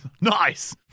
Nice